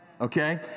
okay